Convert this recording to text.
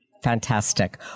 Fantastic